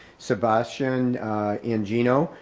sebastian and geno,